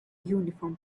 uniform